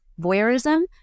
Voyeurism